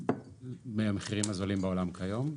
מהמחירים הזולים בעולם כיום.